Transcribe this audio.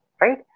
right